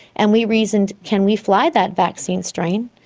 and we reasoned, can we fly that vaccine strain,